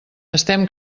estem